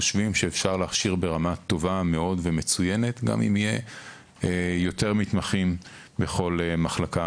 אפשר להכשיר ברמה טובה מאוד ומצוינת גם אם יהיו יותר מתמחים בכל מחלקה.